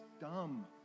dumb